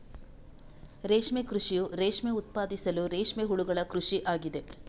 ರೇಷ್ಮೆ ಕೃಷಿಯು ರೇಷ್ಮೆ ಉತ್ಪಾದಿಸಲು ರೇಷ್ಮೆ ಹುಳುಗಳ ಕೃಷಿ ಆಗಿದೆ